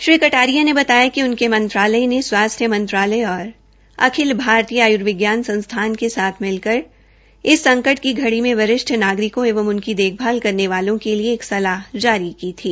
श्री कटारिया ने बताया कि उनके मंत्रालय ने स्वास्थ्य मंत्रालय और अखिल भारतीय आय्र्विज्ञान संस्थान के साथ मिलकर इस संकट की घड़ी में वरिष्ठ नागरिकों एवं उनकी देखभाल करने वालों के लिए एक सलाह जारी की थी